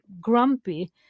grumpy